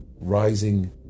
rising